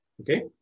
okay